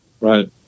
Right